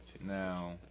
Now